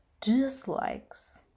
Dislikes